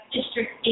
District